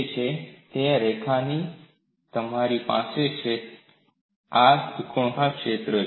તે આ રેખાની નીચે છે અને તમારી પાસે આ ત્રિકોણાકાર ક્ષેત્ર છે